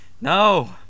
No